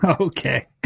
Okay